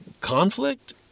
conflict